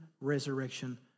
resurrection